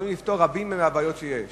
ויכולים לפתור רבות מהבעיות שיש.